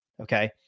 Okay